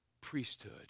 priesthood